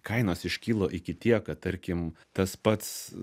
kainos iškilo iki tiek kad tarkim tas pats